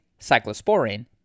cyclosporine